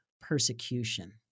persecution